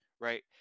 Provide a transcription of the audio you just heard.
right